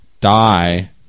die